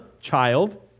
child